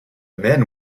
men